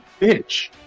bitch